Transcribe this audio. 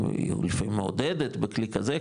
היא לפעמים מעודדת בכלי כזה,